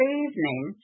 evening